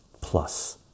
plus